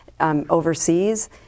Overseas